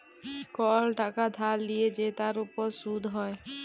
call টাকা ধার লিয়ে যে তার উপর শুধ হ্যয়